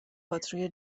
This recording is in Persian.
باتری